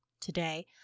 today